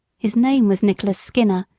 his name was nicholas skinner,